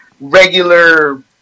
regular